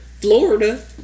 florida